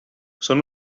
són